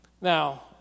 Now